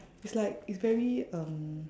it's like it's very um